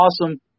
awesome